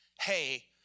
hey